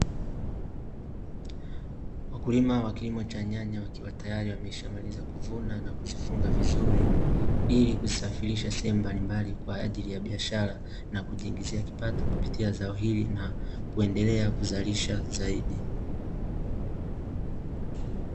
Wakulima wa kilimo cha nyanya wakiwa tayari wameshamailiza kuvuna na kuzifunga vizuri, ili kusafirisha sehemu mbalimbali kwa ajili ya biashara na kujiingizia kipato kupitia zao hili na kuendelea kuzalisha zaidi.